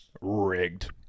Rigged